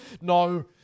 No